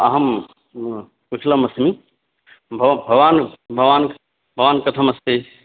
अहं कुशलमस्मि भवा भवान् भवान् भवान् कथम् अस्ति